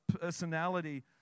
personality